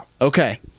Okay